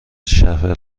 شهر